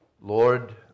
Lord